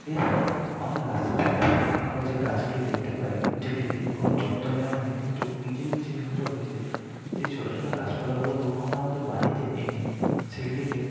এছাড়াও অনেক রাস্তার ধারে ধারে আমরা যে গাছগুলি দেখতে পাই যেগুলির কোনো যত্ন নেওয়া হয় না কিন্তু নিজে নিজেই হয়তো হয়ে যায় সেই ছোটো ছোটো গাছপালাগুলোকেও আমরা আমাদের বাড়িতে এনে সেইগুলিকে